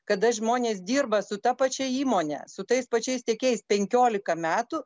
kada žmonės dirba su ta pačia įmone su tais pačiais tiekėjais penkiolika metų